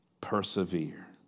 persevere